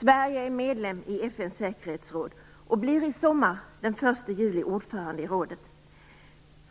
Sverige är medlem i FN:s säkerhetsråd och blir i sommar, den 1 juli, ordförande i rådet.